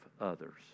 others